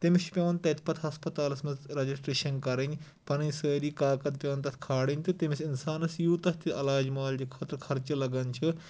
تٔمِس چھِ پیوان تَتہِ پَتہٕ ہسپتالَس منٛز ریجسٹریشن کَرٕنۍ پَنٕنۍ سٲری کاکد پیوان تَتھ کھالٕنۍ تہٕ تٔمِس اِنسانَس یوٗتاہ تہٕ علاج مولجہٕ خٲطرٕ خرچہٕ لگان چھُ